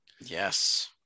Yes